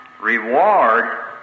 reward